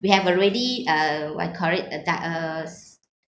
we have already uh what you call it uh da~ uh